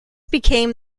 became